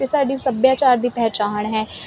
ਤੇ ਸਾਡੀ ਸੱਭਿਆਚਾਰ ਦੀ ਪਹਿਚਾਨ ਹੈ